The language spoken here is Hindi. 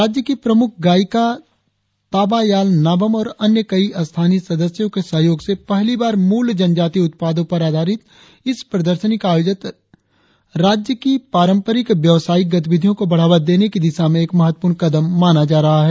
राज्य की प्रमुख गायिका ताबा याल नाबम और कई अन्य स्थानीय सदस्यों के सहयोग से पहली बार मूल जनजातीय उत्पादो पर आधारित इस प्रदर्शनी का आयोजन राज्य की पारंपरिक व्यवसायिक गतिविधियो को बढ़ावा देने की दिशा में एक महत्वपूर्ण कदम माना जा रहा है